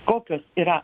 kokios yra